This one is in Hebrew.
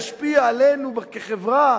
ישפיע עלינו כחברה?